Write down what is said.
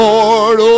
Lord